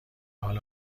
حال